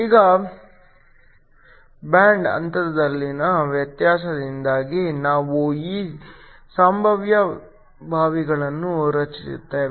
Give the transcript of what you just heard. ಈಗ ಬ್ಯಾಂಡ್ ಅಂತರದಲ್ಲಿನ ವ್ಯತ್ಯಾಸದಿಂದಾಗಿ ನಾವು ಈ ಸಂಭಾವ್ಯ ಬಾವಿಗಳನ್ನು ರಚಿಸುತ್ತೇವೆ